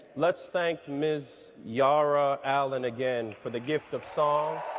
let's thank ms. yara allen again for the gift of song.